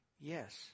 yes